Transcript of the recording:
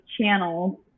channels